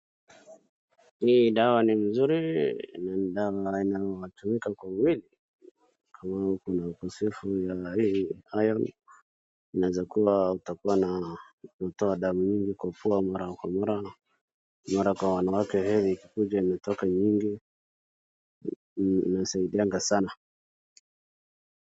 Hii dawa ni nzuri, ni dawa inayotumika kwa mwili, kama uko na ukosefu wa hii iron inaeza kuwa utakuwa na kutoa damu nyingi kwa fua mara kwa mara, mara kwa wanawake ikikuja inatoka nyingi, inasaidianga sana.